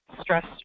stress